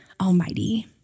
Almighty